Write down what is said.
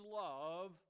love